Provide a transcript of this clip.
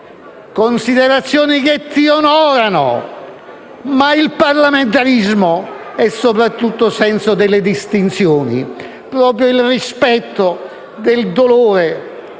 (considerazioni che lo onorano), ma il parlamentarismo è soprattutto senso delle distinzioni. Proprio il rispetto del dolore